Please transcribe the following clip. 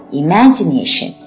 imagination